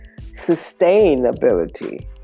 sustainability